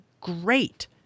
great